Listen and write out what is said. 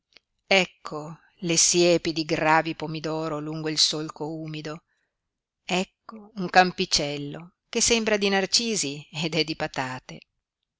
ecco le siepi di gravi pomidoro lungo il solco umido ecco un campicello che sembra di narcisi ed è di patate